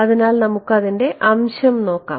അതിനാൽ നമുക്ക് അതിൻറെ അംശം നോക്കാം